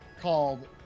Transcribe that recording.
called